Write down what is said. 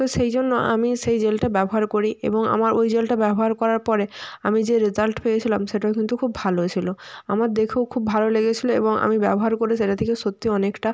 তো সেই জন্য আমি সেই জেলটা ব্যবহার করি এবং আমার ওই জেলটা ব্যবহার করার পরে আমি যে রেজাল্ট পেয়েছিলাম সেটাও কিন্তু খুব ভালো ছিলো আমার দেখেও খুব ভালো লেগেছিলো এবং আমি ব্যবহার করে সেটা থেকে সত্যি অনেকটা